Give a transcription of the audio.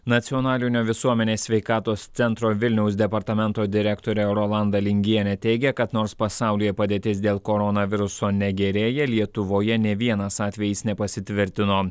nacionalinio visuomenės sveikatos centro vilniaus departamento direktorė rolanda lingienė teigia kad nors pasaulyje padėtis dėl koronaviruso negerėja lietuvoje ne vienas atvejis nepasitvirtino